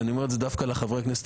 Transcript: ואני אומר את זה דווקא לחברי הכנסת